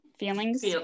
feelings